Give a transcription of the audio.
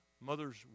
mother's